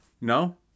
No